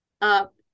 up